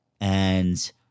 and-